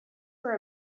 were